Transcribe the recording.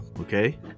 okay